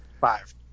Five